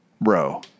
bro